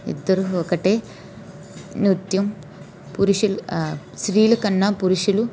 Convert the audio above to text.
ఇద్దరూ ఒకటే నృత్యం పురుషులు స్త్రీల కన్నా పురుషులు